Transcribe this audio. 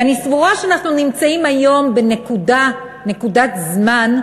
ואני סבורה שאנחנו נמצאים היום בנקודת זמן,